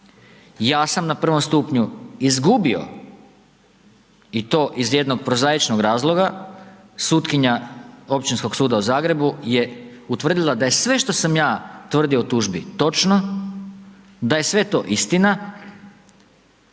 ja sam na prvom stupnju izgubio i to iz jednog prozaičnog razloga, sutkinja Općinskog suda u Zagrebu je utvrdila da je sve što sam ja tvrdio u tužbi točno, da sve to istina,